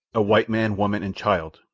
a white man, woman, and child!